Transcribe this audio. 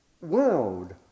world